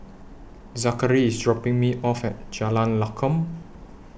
Zakary IS dropping Me off At Jalan Lakum